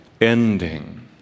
ending